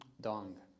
dong